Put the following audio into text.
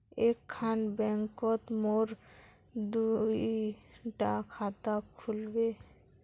एक खान बैंकोत मोर दुई डा खाता खुल बे?